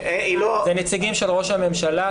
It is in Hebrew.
זה נציגים של ראש הממשלה,